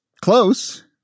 close